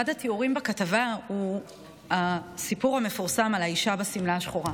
אחד התיאורים בכתבה הוא הסיפור המפורסם על האישה בשמלה השחורה.